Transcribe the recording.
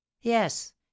yes